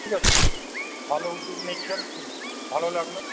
ঠিক আছে ভালো উদ্যোগ নিচ্ছেন খুব ভালো লাগলো